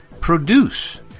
produce